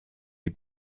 die